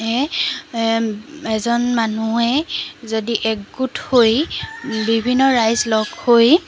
এজন মানুহে যদি একগোট হৈ বিভিন্ন ৰাইজ লগ হৈ